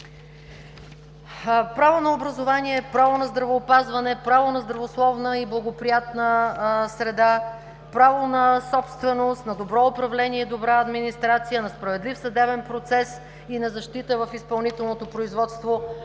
Право на образование, право на здравеопазване, право на здравословна и благоприятна среда, право на собственост, на добро управление и добра администрация, на справедлив съдебен процес и на защита в изпълнителното производство.